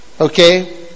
Okay